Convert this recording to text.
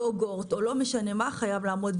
יוגורט או כל דבר אחר חייב לעמוד בזה.